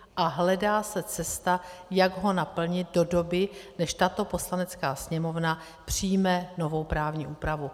A hledá se cesta, jak ho naplnit do doby, než tato Poslanecká sněmovna přijme novou právní úpravu.